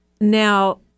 Now